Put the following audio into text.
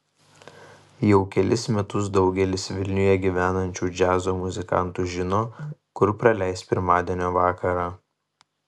jau kelis metus daugelis vilniuje gyvenančių džiazo muzikantų žino kur praleis pirmadienio vakarą